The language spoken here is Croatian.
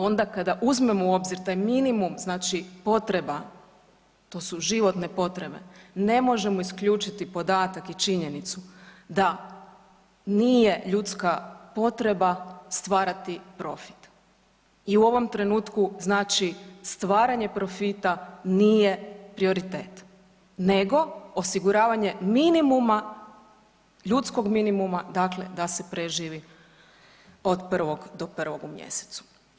Onda kada uzmemo u obzir taj minimum znači potreba, to su životne potrebe, ne možemo isključiti podatak i činjenicu da nije ljudska potreba stvarati profit i u ovom trenutku znači stvaranje profita nije prioritet nego osiguravanje minimuma ljudskog minimuma, dakle da se preživi od prvog do prvog u mjesecu.